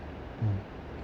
mm